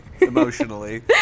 Emotionally